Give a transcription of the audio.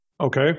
Okay